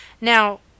Now